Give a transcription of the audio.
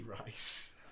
rice